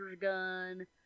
gun